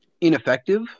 ineffective